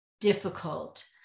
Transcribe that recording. difficult